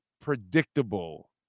predictable